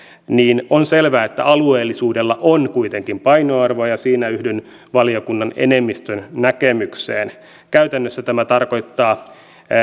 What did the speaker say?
niin on selvää että alueellisuudella on kuitenkin painoarvoa ja siinä yhdyn valiokunnan enemmistön näkemykseen käytännössä tämä tarkoittaa